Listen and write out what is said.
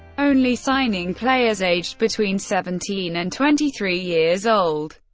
only signing players aged between seventeen and twenty three years old,